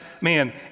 man